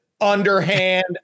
underhand